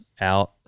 out